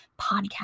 podcast